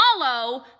Follow